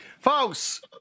Folks